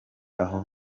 aho